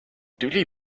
tüli